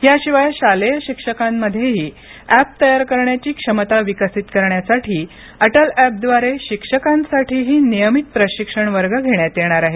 याशिवाय शालेय शिक्षकांमध्येही ऍप तयार करण्याची क्षमता विकसित करण्यासाठी अटलऍपद्वारे शिक्षकांसाठीही नियमित प्रशिक्षण वर्ग घेण्यात येणार आहेत